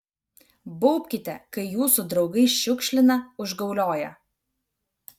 baubkite kai jūsų draugai šiukšlina užgaulioja